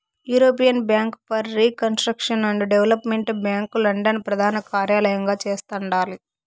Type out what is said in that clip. European bank for reconstruction and development bank London ప్రదానకార్యలయంగా చేస్తండాలి